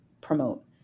promote